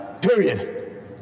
period